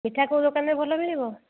ମିଠା କେଉଁ ଦୋକାନରେ ଭଲ ମିଳିବ